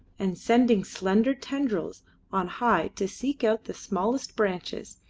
and, sending slender tendrils on high to seek out the smallest branches,